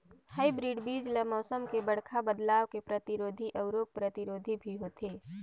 hybrid बीज ल मौसम में बड़खा बदलाव के प्रतिरोधी अऊ रोग प्रतिरोधी भी होथे